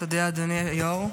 תודה, אדוני היו"ר.